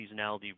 seasonality